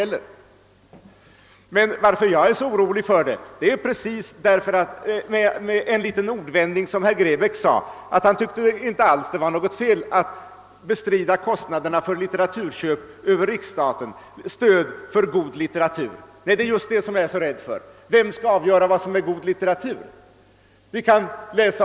Anledningen till att jag var orolig för en finansiering över riksstaten kan exemplifieras av en ordvändning, som herr Grebäck använde, nämligen att det inte alls skulle vara fel att bestrida kostnaderna för köp av god litteratur över riksstaten. Det är just det som jag är så rädd för — vem skall nämligen avgöra vad som är god litteratur?